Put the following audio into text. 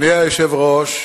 אדוני היושב-ראש,